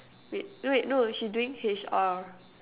wait wait no she's doing H_R